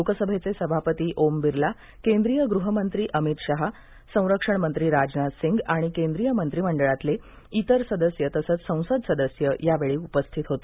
लोकसभेचे सभापती ओम बिर्ला केंद्रिय गृहमंत्री अमित शहा संरक्षणमंत्री राजनाथ सिंग आणि केंद्रिय मंत्रिमंडळातले इतर सदस्य तसंच संसद सदस्य यावेळी उपस्थित होते